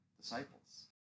disciples